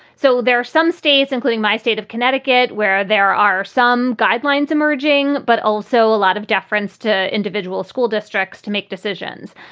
so there are some states, including my state of connecticut, where there are some guidelines emerging, but also a lot of deference to individual school districts to make decisions.